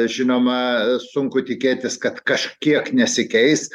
žinoma sunku tikėtis kad kažkiek nesikeis